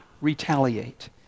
retaliate